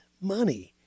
money